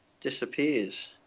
disappears